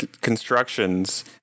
constructions